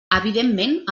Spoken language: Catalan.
evidentment